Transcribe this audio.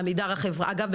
אגב,